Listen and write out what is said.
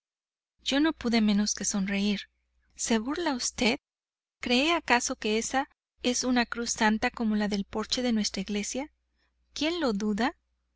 yo no pude menos que sonreírme se burla usted cree acaso que esa es una cruz santa como la del porche de nuestra iglesia quién lo duda